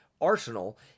Arsenal